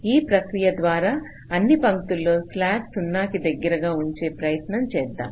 ఈ ప్రక్రియ ద్వారా అన్ని పంక్తులలో స్లాక్ 0 కి దగ్గరగా ఉంచే ప్రయత్నం చేద్దాం